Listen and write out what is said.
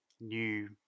new